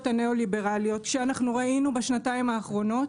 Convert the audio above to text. הניאו-ליברליות שאנחנו ראינו בשנתיים האחרונות